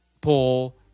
Paul